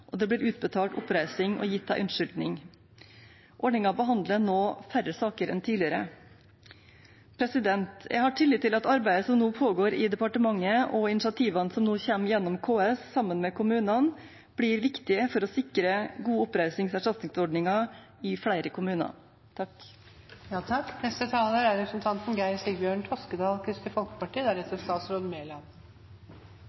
og det har blitt utbetalt oppreisning og gitt en unnskyldning. Ordningen behandler nå færre saker enn tidligere. Jeg har tillit til at arbeidet som nå pågår i departementet og initiativene som nå kommer gjennom KS, sammen med kommunene, blir viktig for å sikre god oppreisning fra erstatningsordninger i flere kommuner.